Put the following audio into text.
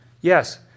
Yes